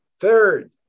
Third